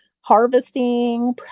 harvesting